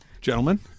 Gentlemen